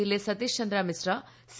യിലെ സതീഷ് ചന്ദ്ര മിശ്ര സി